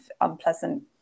unpleasant